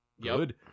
good